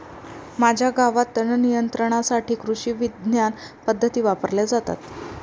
माझ्या गावात तणनियंत्रणासाठी कृषिविज्ञान पद्धती वापरल्या जातात